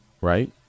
Right